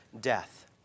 death